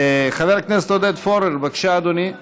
חבר הכנסת עודד פורר, בבקשה, אדוני.